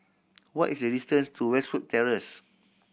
what is the distance to Westwood Terrace